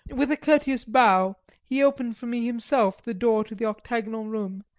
with a courteous bow, he opened for me himself the door to the octagonal room,